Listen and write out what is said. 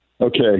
Okay